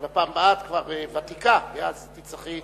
אבל בפעם הבאה את כבר ותיקה, ואז תצטרכי